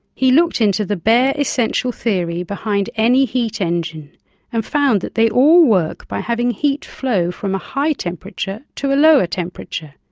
he looked into the bare essential theory behind any heat engine and found that they all work by having heat flow from a high temperature to a lower temperature.